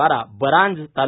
व्दारा बरांज ता